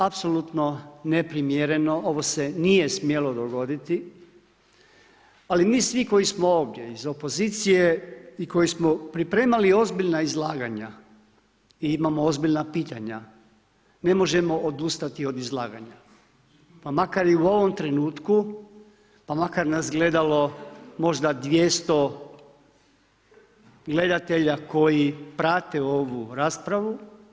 Apsolutno neprimjereno, ovo se nije smjelo dogoditi ali mi svi koji smo ovdje iz opozicije i koji smo pripremali ozbiljna izlaganja i imamo ozbiljna pitanja, ne možemo odustati od izlaganja pa makar i u ovom trenutku, pa makar nas gledalo možda 200 gledatelja koji prate ovu raspravu.